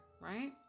right